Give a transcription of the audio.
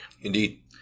Indeed